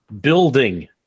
building